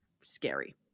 scary